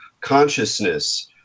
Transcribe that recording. consciousness